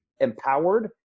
empowered